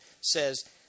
says